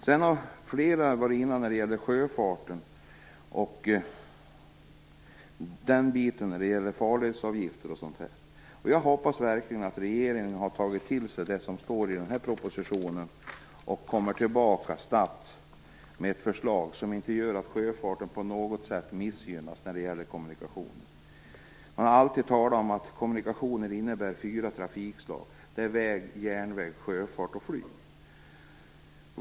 Flera har varit inne på sjöfarten, t.ex. vad gäller farledsavgifter o.d. Jag hoppas verkligen att regeringen har tagit till sig det som står i det här betänkandet och kommer tillbaka snabbt med ett förslag som inte gör att sjöfarten på något sätt missgynnas när det gäller kommunikationer. Man har alltid talat om att kommunikationer omfattar fyra trafikslag: väg, järnväg, sjöfart och flyg.